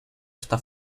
esta